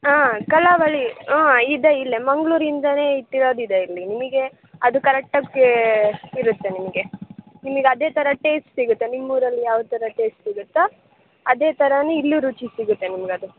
ಹಾಂ ಖಾನಾವಳಿ ಹಾಂ ಇದೆ ಇಲ್ಲೆ ಮಂಗ್ಳೂರಿಂದೇ ಇಟ್ಟಿರೋದು ಇದೆ ಇಲ್ಲಿ ನಿಮಗೆ ಅದು ಕರೆಕ್ಟಾಗೇ ಇರುತ್ತೆ ನಿಮ್ಗೆ ನಿಮಗ್ ಅದೇ ಥರ ಟೇಸ್ಟ್ ಸಿಗುತ್ತೆ ನಿಮ್ಮೂರಲ್ಲಿ ಯಾವ ಥರ ಟೇಸ್ಟ್ ಸಿಗುತ್ತೋ ಅದೇ ಥರ ಇಲ್ಲೂ ರುಚಿ ಸಿಗುತ್ತೆ ನಿಮ್ಗೆ ಅದು